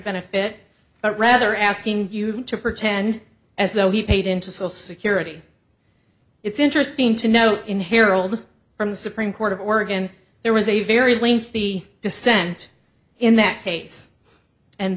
benefit but rather asking you to pretend as though he paid into social security it's interesting to note in harold from the supreme court of oregon there was a very lengthy dissent in that case and